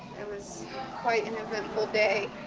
it was quite an eventful day.